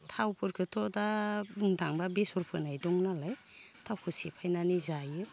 थावफोरखोथ' दा बुंनो थाङोब्ला बेसर फोनाय दंनालाय थावखो सेफायनानै जायो